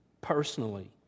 personally